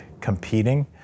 competing